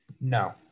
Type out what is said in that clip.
No